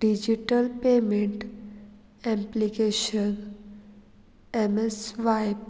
digital payment application M swipe